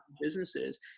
businesses